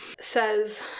says